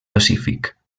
pacífic